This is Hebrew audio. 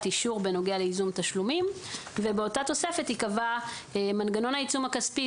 אישור בנוגע לייזום תשלומים ובאותה תוספת ייקבע מנגנון העיצום הכספי,